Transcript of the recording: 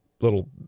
little